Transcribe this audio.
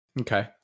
Okay